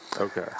Okay